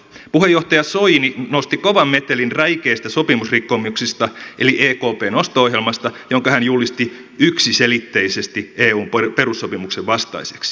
puheenjohtaja soini nosti kovan metelin räikeistä sopimusrikkomuksista eli ekpn osto ohjelmasta jonka hän julisti yksiselitteisesti eun perussopimuksen vastaiseksi